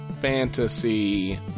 fantasy